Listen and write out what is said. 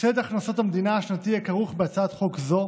הפסד הכנסות המדינה השנתי הכרוך בהצעת חוק זו